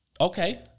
Okay